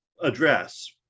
address